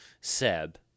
Seb